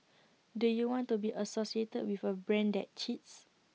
do you want to be associated with A brand that cheats